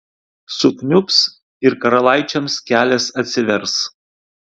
sukniubs ir karalaičiams kelias atsivers